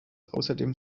außerdem